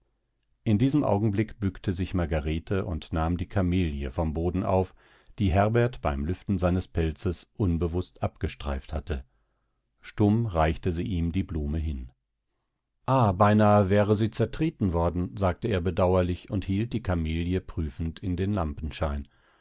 in diesem augenblick bückte sich margarete und nahm die kamelie vom boden auf die herbert beim lüften seines pelzes unbewußt abgestreift hatte stumm reichte sie ihm die blume hin ah beinahe wäre sie zertreten worden sagte er bedauerlich und hielt die kamelie prüfend in den